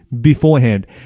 beforehand